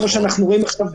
כמו שאנחנו רואים עכשיו,